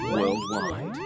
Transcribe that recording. worldwide